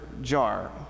jar